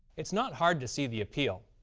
it's not hard to see the appeal.